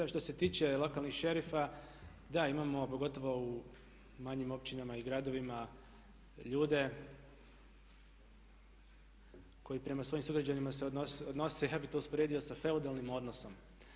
Što se tiče lokalnih šerifa, da, imamo pogotovo u manjim općinama i gradovima ljude koji prema svojim sugrađanima se odnose ja bih to usporedio sa feudalnim odnosom.